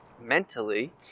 mentally